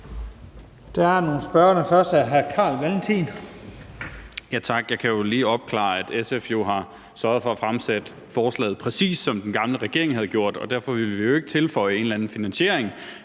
det hr. Carl Valentin. Kl. 16:18 Carl Valentin (SF): Tak. Jeg kan jo lige opklare, at SF har sørget for at fremsætte forslaget, præcis som den gamle regering gjorde, og derfor ville vi ikke tilføje en eller anden finansiering,